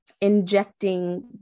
injecting